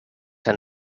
han